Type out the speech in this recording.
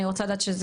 אני רוצה לדעת.